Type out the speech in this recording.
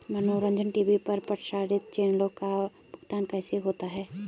मनोरंजन टी.वी पर प्रसारित चैनलों का भुगतान कैसे होता है?